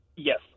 Yes